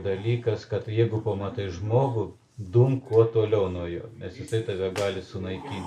dalykas kad jeigu pamatai žmogų dumk kuo toliau nuo jo nes jisai tave gali sunaikin